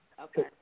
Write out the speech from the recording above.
okay